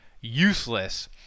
useless